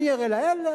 אני אראה לאלה.